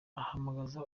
ahamagaza